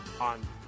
on